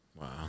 Wow